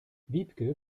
wiebke